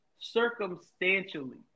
circumstantially